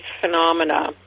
phenomena